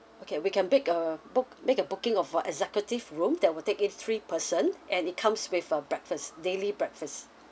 okay we can make a book make a booking of uh executive room that will take in three person and it comes with a breakfast daily breakfast